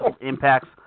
Impact's